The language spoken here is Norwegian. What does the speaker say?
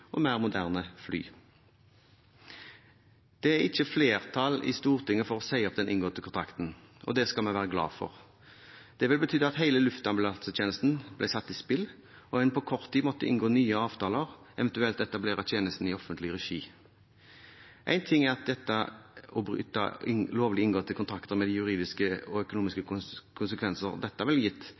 og mer moderne fly. Det er ikke flertall i Stortinget for å si opp den inngåtte kontrakten, og det skal vi være glad for. Det ville betydd at hele luftambulansetjenesten ble satt i spill, og at en på kort tid måtte inngå nye avtaler, eventuelt etablere tjenesten i offentlig regi. Én ting er det å bryte lovlig inngåtte kontrakter, med de juridiske og økonomiske konsekvenser dette ville gitt. En annen ting er